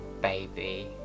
baby